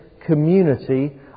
community